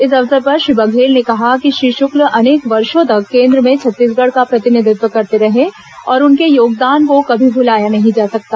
इस अवसर पर श्री बघेल ने कहा कि श्री शुक्ल अनेक वर्षो तक केंद्र में छत्तीसगढ़ का प्रतिनिधित्व करते रहे और उनके योगदान को कभी भुलाया नहीं जा सकता